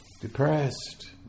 depressed